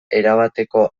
erabateko